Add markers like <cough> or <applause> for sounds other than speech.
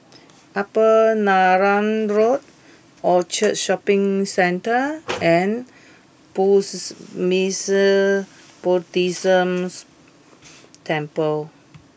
Upper Neram Road Orchard Shopping Centre <noise> and Burmese Buddhist Temple